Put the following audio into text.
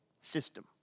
system